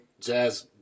jazz